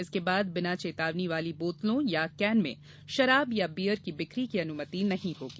उसके बाद बिना चेतावनी वाली बोतलों या केन में शराब या बीयर की बिक्री की अनुमति नहीं होगी